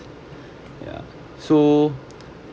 yeah so